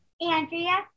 Andrea